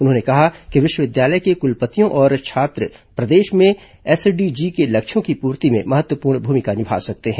उन्होंने कहा कि विश्वविद्यालय के कुलपतियों और छात्र प्रदेश में एसडीजी के लक्ष्यों की पूर्ति में महत्वपूर्ण भूमिका निभा सकते हैं